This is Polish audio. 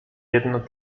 jedno